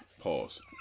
Pause